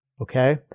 okay